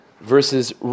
versus